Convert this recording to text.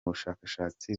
bushakshatsi